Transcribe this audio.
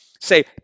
say